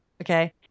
okay